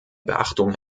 beachtung